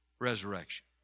resurrection